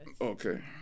Okay